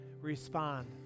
respond